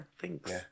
Thanks